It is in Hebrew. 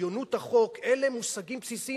עליונות החוק, אלה מושגים בסיסיים.